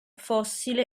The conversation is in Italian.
fossile